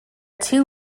two